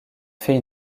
fait